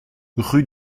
rue